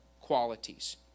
qualities